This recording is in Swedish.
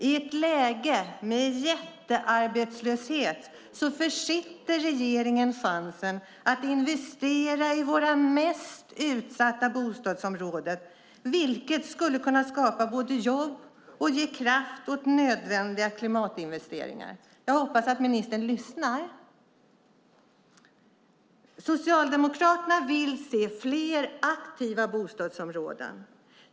I ett läge med stor arbetslöshet försitter regeringen chansen att investera i våra mest utsatta bostadsområden, vilket skulle kunna skapa både jobb och ge kraft åt nödvändiga klimatinvesteringar. Jag hoppas att ministern lyssnar. Socialdemokraterna vill se fler aktiva bostadsområden.